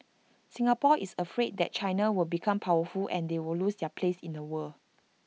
Singapore is afraid that China will become powerful and they will lose their place in the world